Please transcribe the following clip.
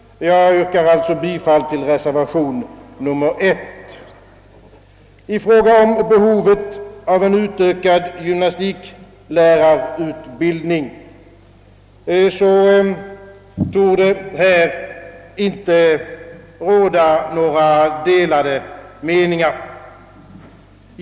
Jag yrkar, herr talman, bifall till reservationen nr 1. I fråga om behovet av en utökad gymnastiklärarutbildning torde några delade meningar inte råda.